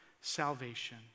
salvation